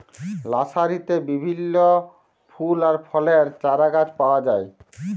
লার্সারিতে বিভিল্য ফুল আর ফলের চারাগাছ পাওয়া যায়